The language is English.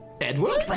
Edward